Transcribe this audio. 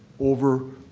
over